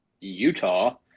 Utah